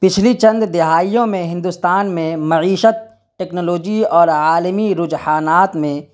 پچھلی چند دہائیوں میں ہندوستان میں معیشت ٹکنالوجی اور عالمی رجحانات میں